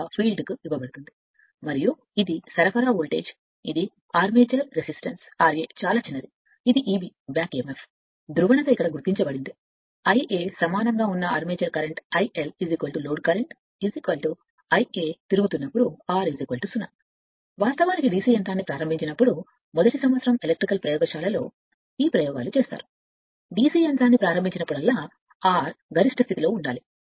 అని పిలుస్తారు ఇది సరఫరా వోల్టేజ్ ఇది ఆర్మేచర్ రెసిస్టన్స్ ra చాలా చిన్నది ఇది Ebఫీడ్బాక్ emf ధ్రువణత ఇక్కడ గుర్తించబడింది Iaసమానంగా ఉన్న armature current IL load current r 0 తిరుగుతున్నపరిస్థితిలో వాస్తవానికి DC యంత్రాన్ని ప్రారంభించినప్పుడు మొదట ఈ విషయం కోసం ఎలక్ట్రికల్ ప్రయోగశాల ను కూడా ప్రయోగశాల చేస్తుంది లేదా ప్రారంభంలో DC యంత్రాన్ని ప్రారంభించినప్పుడల్లా R గరిష్ట స్థితి లోఉండాలి